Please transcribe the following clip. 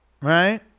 right